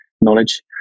knowledge